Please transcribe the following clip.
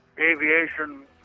aviation